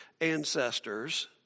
ancestors